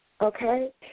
okay